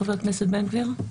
חבר הכנסת בן גביר, בבקשה.